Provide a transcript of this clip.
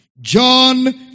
John